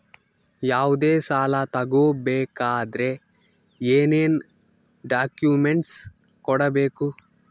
ಯಾವುದೇ ಸಾಲ ತಗೊ ಬೇಕಾದ್ರೆ ಏನೇನ್ ಡಾಕ್ಯೂಮೆಂಟ್ಸ್ ಕೊಡಬೇಕು?